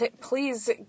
Please